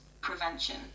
prevention